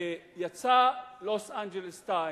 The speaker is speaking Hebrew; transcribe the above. ויצא "לוס-אנג'לס טיימס",